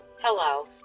Hello